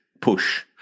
push